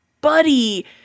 buddy